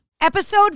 Episode